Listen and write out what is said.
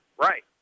Right